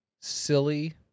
silly